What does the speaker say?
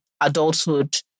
adulthood